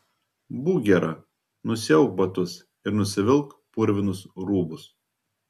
būk gera nusiauk batus ir nusivilk purvinus rūbus